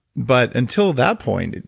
but until that point,